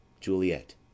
Juliet